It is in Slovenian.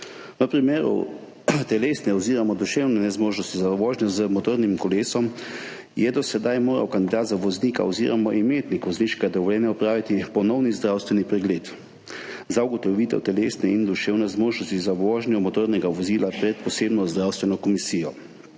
V primeru telesne oziroma duševne nezmožnosti za vožnjo z motornim kolesom je do sedaj moral kandidat za voznika oziroma imetnik vozniškega dovoljenja opraviti ponovni zdravstveni pregled za ugotovitev telesne in duševne zmožnosti za vožnjo motornega vozila pred posebno zdravstveno komisijo.